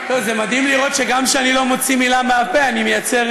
מדהים לראות כי גם כשאני לא מוציא מילה מהפה אני מייצר